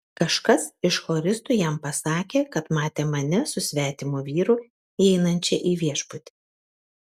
kažkas iš choristų jam pasakė kad matė mane su svetimu vyru įeinančią į viešbutį